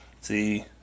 see